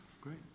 Great